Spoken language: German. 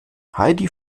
heidi